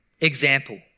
example